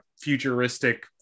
futuristic